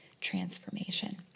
transformation